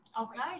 Okay